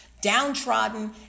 downtrodden